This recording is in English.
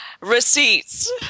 Receipts